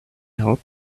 help